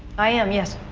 i am, yes.